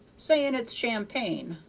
saying it's champagne,